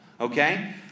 Okay